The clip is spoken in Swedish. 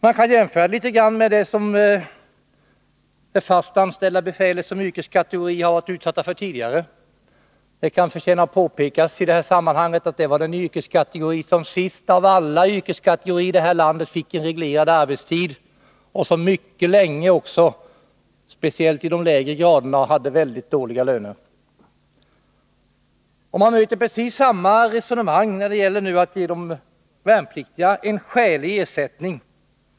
Man kan jämföra med vad det fast anställda befälet som yrkeskategori har varit utsatt för tidigare. Det kan förtjäna påpekas i detta sammanhang att det fast anställda befälet var den yrkeskategori som sist av alla yrkeskategorier i det här landet fick en reglerad arbetstid och som mycket länge, speciellt i de lägre graderna, hade väldigt dåliga löner. Man möter precis samma resonemang när det gäller att ge de värnpliktiga en skälig ersättning.